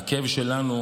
הכאב שלנו,